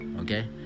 Okay